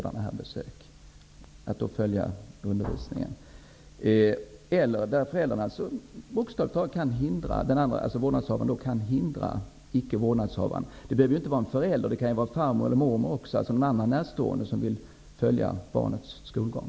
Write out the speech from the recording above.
Det behöver inte vara en förälder. Det kan vara farmor eller mormor eller annan närstående som vill följa barnets skolgång.